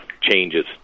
changes